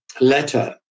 letter